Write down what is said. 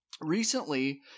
recently